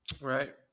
Right